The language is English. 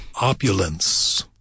opulence